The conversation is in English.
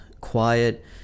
quiet